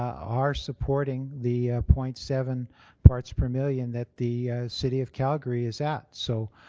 are supporting the point seven parts per million that the city of calgary is at. so